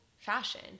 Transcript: fashion